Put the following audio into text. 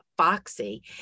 foxy